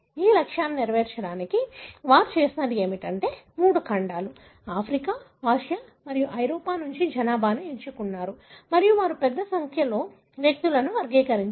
ఈ లక్ష్యాలను నెరవేర్చడానికి వారు చేసినది ఏమిటంటే వారు మూడు ఖండాలు ఆఫ్రికా ఆసియా మరియు ఐరోపా నుండి జనాభాను ఎంచుకున్నారు మరియు వారు పెద్ద సంఖ్యలో వ్యక్తులను వర్గీకరించారు